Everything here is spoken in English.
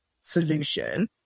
solution